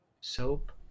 soap